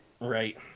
right